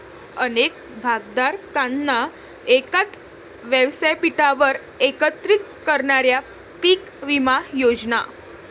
अनेक भागधारकांना एकाच व्यासपीठावर एकत्रित करणाऱ्या पीक विमा योजना